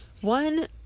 one